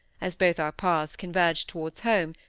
as both our paths converged towards home,